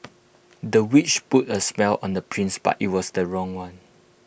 the witch put A spell on the prince but IT was the wrong one